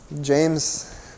James